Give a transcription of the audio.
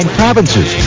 provinces